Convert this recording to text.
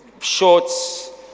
shorts